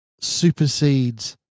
supersedes